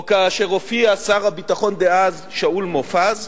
או כאשר הופיע שר הביטחון דאז, שאול מופז,